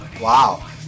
Wow